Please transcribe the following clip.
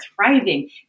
thriving